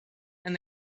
and